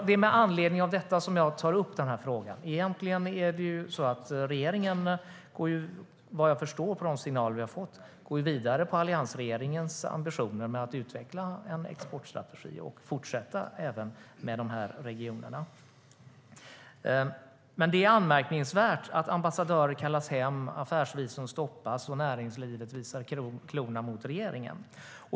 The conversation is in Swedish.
Det är med anledning av detta som jag tar upp den här frågan. Egentligen går regeringen, enligt de signaler vi har fått, vidare med alliansregeringens ambitioner att utveckla en exportstrategi och fortsätta även med de här regionerna. Det är anmärkningsvärt att ambassadörer kallas hem, affärsvisum stoppas och näringslivet visar klorna mot regeringen.